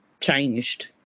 changed